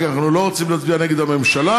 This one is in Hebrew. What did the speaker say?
כי אנחנו לא רוצים להצביע נגד הממשלה,